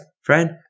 friend